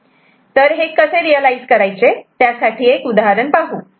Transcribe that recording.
तर हे कसे रियलायझ करायचे त्यासाठी एक उदाहरण पाहू